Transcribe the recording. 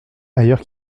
ailleurs